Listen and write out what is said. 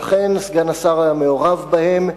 ואכן סגן השר היה מעורב בהן,